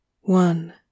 One